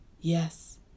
Yes